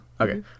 Okay